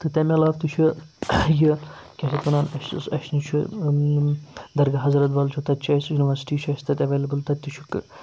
تہٕ تَمہِ علاوٕ تہِ چھُ یہِ کیٛاہ چھِ اَتھ وَنان اَسہِ یُس اَسہِ نِش چھُ درگاہ حضرت بَل چھُ تَتہِ چھِ اَسہِ یونیورسِٹی چھِ اَسہِ تَتہِ اٮ۪ویلیبٕل تَتہِ تہِ چھُ